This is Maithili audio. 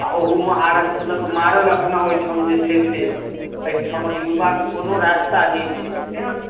आ ओहूमे आरक्षणक मारल अपना ओहिठाम जे छै से एहिठमक युवा कऽ कोनो रास्ता नहि छै तैँ